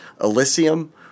Elysium